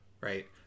right